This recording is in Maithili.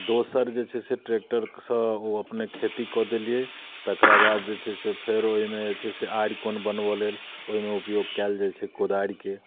दोसर जे छै से ट्रैक्टरसँ ओ अपने खेती कऽ देलियै तकरा बाद जे छै से फेर ओहिमे जे छै से आरि कोन बनबय लेल ओहिमे उपयोग कयल जाइत छै कोदारिके